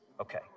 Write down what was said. Okay